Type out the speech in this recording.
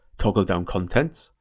toggle down contents,